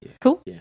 Cool